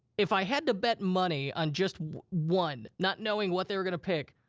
if i had to bet money on just one, not knowing what they were gonna pick,